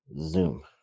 zoom